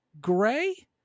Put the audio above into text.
Gray